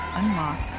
unlock